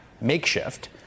makeshift